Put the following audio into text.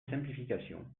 simplification